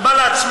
על מה להצמיד?